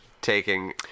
Taking